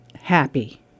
happy